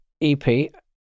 EP